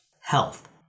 health